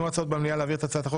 הצבעה בעד ההצעה להעביר את הצעת החוק